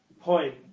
point